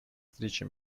встреча